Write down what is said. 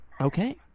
Okay